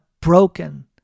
broken